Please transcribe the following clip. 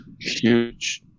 Huge